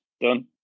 done